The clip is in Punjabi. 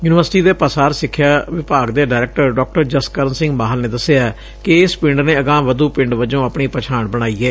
ਯੂਨੀਵਰਸਿਟੀ ਦੇ ਪਾਸਾਰ ਸਿਖਿਆ ਵਿਭਾਗ ਦੇ ਡਾਇਰੈਕਟਰ ਡਾ ਜਸਕਰਨ ਸਿੰਘ ਮਾਹਲ ਨੇ ਦਸਿਆ ਕਿ ਏਸ ਪਿੰਡ ਨੇ ਅਗਾਂਹਵਧੂ ਪਿੰਡ ਵਜੋਂ ਆਪਣੀ ਪਛਾਣ ਬਣਾਈ ਏ